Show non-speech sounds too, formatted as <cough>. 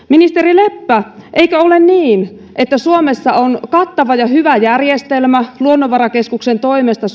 <unintelligible> ministeri leppä eikö ole niin että suomessa on kattava ja hyvä järjestelmä luonnonvarakeskuksen toimesta <unintelligible>